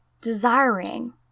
Desiring